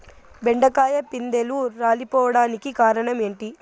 బెండకాయ పిందెలు రాలిపోవడానికి కారణం ఏంటి?